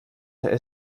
torte